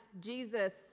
jesus